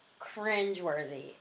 cringeworthy